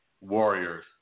Warriors